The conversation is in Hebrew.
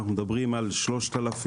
אנחנו מדברים על 3,400,